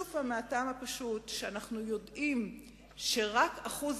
שוב פעם, מהטעם הפשוט שאנחנו יודעים שרק 1%